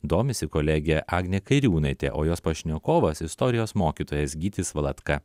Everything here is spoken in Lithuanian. domisi kolegė agnė kairiūnaitė o jos pašnekovas istorijos mokytojas gytis valatka